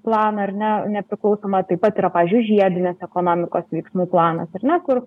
planą ar ne nepriklausomą taip pat yra pavyzdžiui žiedinės ekonomikos veiksmų planas ar ne kur